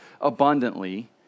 abundantly